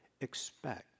expect